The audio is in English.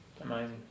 Amazing